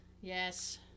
Yes